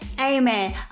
Amen